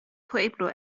pueblo